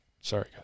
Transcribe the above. Sorry